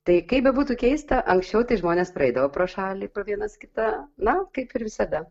tai kaip bebūtų keista anksčiau tai žmonės praeidavo pro šalį pro vienas kitą na kaip ir visada